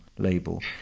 label